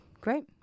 great